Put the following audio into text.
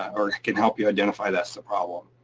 or it can help you identify that's the problem.